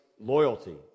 loyalty